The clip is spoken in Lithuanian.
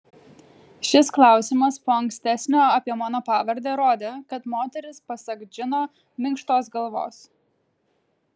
šis klausimas po ankstesnio apie mano pavardę rodė kad moteris pasak džino minkštos galvos